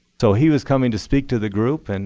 so he was coming to speak to the group, and